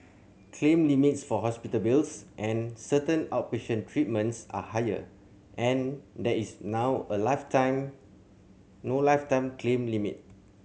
claim limits for hospital bills and certain outpatient treatments are higher and there is now a lifetime no lifetime claim limit